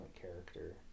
character